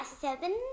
seven